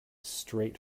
straight